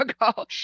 ago